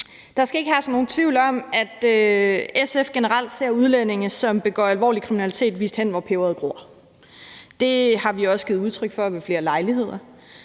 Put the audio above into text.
Der skal ikke herske nogen tvivl om, at SF generelt ser udlændinge, som begår alvorlig kriminalitet, vist hen, hvor peberet gror. Det har vi også givet udtryk for ved flere lejligheder,